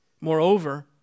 Moreover